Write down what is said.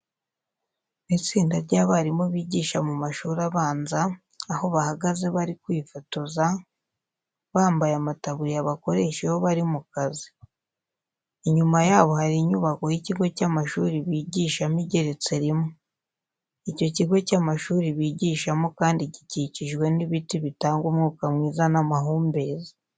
Ni itsinda ry'abarimu bigisha mu mashuri abanza, aho bahagaze bari kwifotoza, bambaye amataburiya bakoresha iyo bari mu kazi. Inyuma yabo hari inyubako y'ikigo cy'amashuri bigishamo igeretse rimwe. Icyo kigo cy'amashuri bigishamo kandi gikikijwe n'ibiti bitanga umwuka mwiza n'amahumbezi.